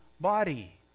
body